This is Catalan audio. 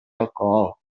alcohol